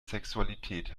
sexualität